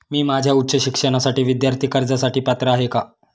मी माझ्या उच्च शिक्षणासाठी विद्यार्थी कर्जासाठी पात्र आहे का?